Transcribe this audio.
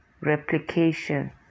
replication